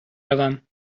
روم